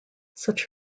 such